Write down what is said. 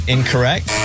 Incorrect